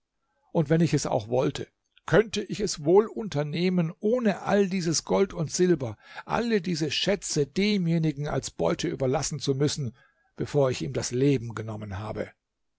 und wenn ich es auch wollte könnte ich es wohl unternehmen ohne all dieses gold und silber alle diese schätze demjenigen als beute überlassen zu müssen bevor ich ihm das leben genommen habe